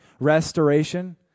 restoration